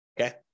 Okay